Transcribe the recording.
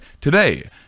today